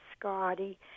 Scotty